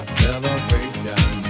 celebration